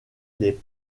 les